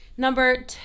number